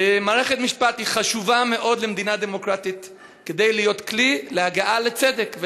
מערכת משפט חשובה מאוד למדינה דמוקרטית כדי להיות כלי להגעה לצדק,